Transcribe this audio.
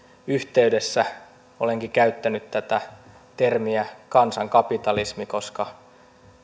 yhteydessä olenkin käyttänyt tätä termiä kansankapitalismi koska